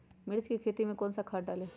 मिर्च की खेती में कौन सा खाद डालें?